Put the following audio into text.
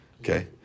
Okay